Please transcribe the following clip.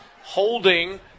holding